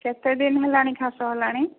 କେତେ ଦିନ ହେଲାଣି ଖାଶ ହେଲାଣି